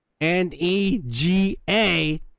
N-E-G-A